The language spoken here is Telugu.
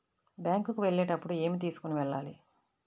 బ్యాంకు కు వెళ్ళేటప్పుడు ఏమి తీసుకొని వెళ్ళాలి?